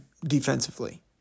defensively